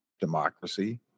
democracy